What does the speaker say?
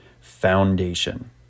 Foundation